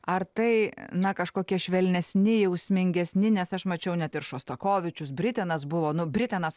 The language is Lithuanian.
ar tai na kažkokie švelnesni jausmingesni nes aš mačiau net ir šostakovičius britenas buvo nu britenas